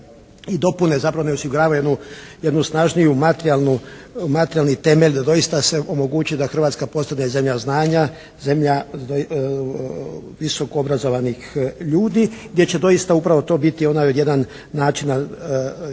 i dopune zapravo ne osiguravaju jednu snažniju, materijalni temelj da doista se omogući da Hrvatska postane zemlja znanja, zemlja visokoobrazovanih ljudi gdje će doista upravo to biti jedan od načina naše